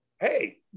hey